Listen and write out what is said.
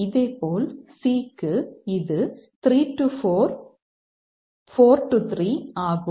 இதேபோல் C க்கு இது 3 4 4 3 ஆகும்